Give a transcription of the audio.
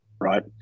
Right